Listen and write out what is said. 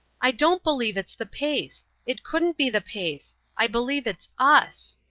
i don't believe it's the pace it couldn't be the pace. i believe it's us.